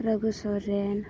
Raghu Soren